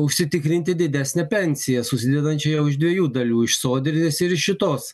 užsitikrinti didesnę pensiją susidedančią jau iš dviejų dalių iš sodrinės ir iš šitos